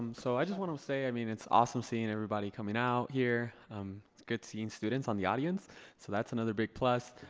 and so i just want to say, i mean it's awesome seeing everybody coming out here. it's um good seeing students on the audience so that's another big plus.